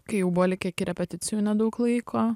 kai jau buvo likę iki repeticijų nedaug laiko